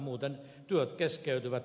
muuten työt keskeytyvät